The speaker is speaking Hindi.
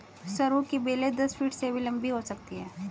सरू की बेलें दस फीट से भी लंबी हो सकती हैं